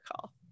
call